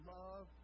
love